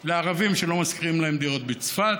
לערבים, שלא משכירים להם דירות בצפת,